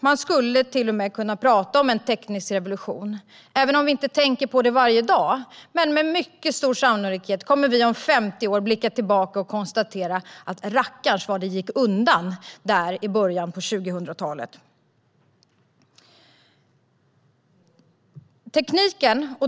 Man skulle till och med kunna tala om en teknisk revolution även om vi inte tänker på det varje dag. Med mycket stor sannolikhet kommer vi om 50 år att blicka tillbaka och konstatera: Rackarns, vad det gick undan där i början på 2000-talet.